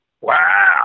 Wow